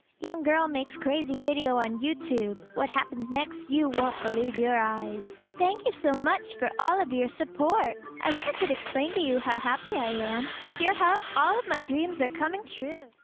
young girl makes crazy video on youtube. what happens next you won't believe your eyes. thank you so much for all of your support. i wish i could explain to you how happy i am. with your help all of my dreams are coming true.